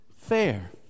fair